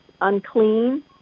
unclean